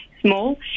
small